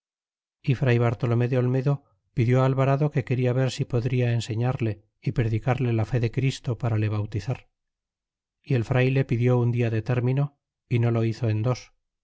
fray bartolome de olmedo pidió alvarado que quena ver si podria enseñarle y predicarle la fe de christo para le bautizar y el frayle pidió un dia de término y no lo hizo en dos